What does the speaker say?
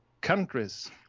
countries